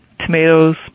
tomatoes